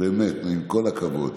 עם כל הכבוד,